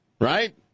right